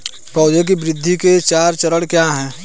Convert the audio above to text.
पौधे की वृद्धि के चार चरण क्या हैं?